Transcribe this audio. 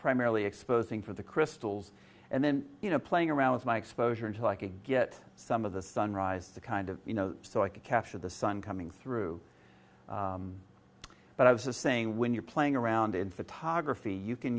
primarily exposing for the crystals and then you know playing around with my exposure until i could get some of the sunrise to kind of you know so i could capture the sun coming through but i was saying when you're playing around in photography you can